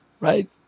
Right